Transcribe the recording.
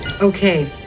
Okay